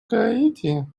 гаити